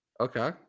Okay